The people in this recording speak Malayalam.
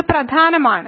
ഇത് പ്രധാനമാണ്